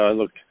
look